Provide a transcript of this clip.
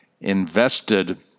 invested